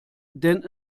denn